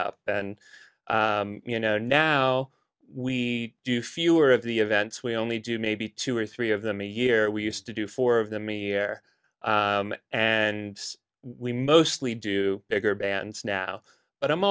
up and you know now we do fewer of the events we only do maybe two or three of them a year we used to do four of them me air and we mostly do bigger bands now but i'm